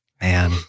Man